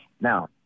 Now